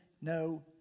no